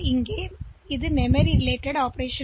எனவே இது ஒரு மெமரி செயல்பாடு